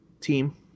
team